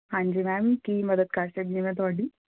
ਹਾਂਜੀ ਮੈਮ ਕੀ ਮਦਦ ਕਰ ਸਕਦੀ ਮੈਂ ਤੁਹਾਡੀ